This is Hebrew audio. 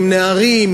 עם נערים,